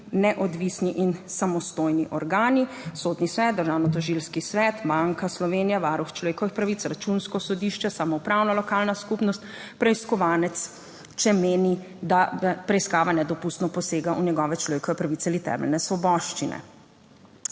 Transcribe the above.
neodvisni in samostojni organi, Sodni svet, Državno tožilski svet, Banka Slovenije, Varuh človekovih pravic, Računsko sodišče, Samoupravna lokalna skupnost, preiskovanec, če meni, da preiskava nedopustno posega v njegove človekove pravice ali temeljne svoboščine.